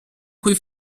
quei